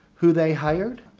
who they hired,